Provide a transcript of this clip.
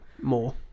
more